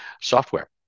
software